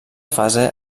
fase